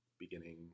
beginning